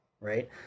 Right